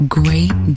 great